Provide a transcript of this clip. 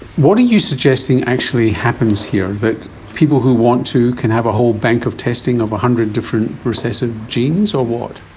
what are you suggesting actually happens here? that people who want to can have a whole bank of testing of one hundred different recessive genes, or what?